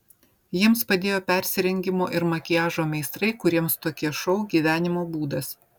jiems padėjo persirengimo ir makiažo meistrai kuriems tokie šou gyvenimo būdas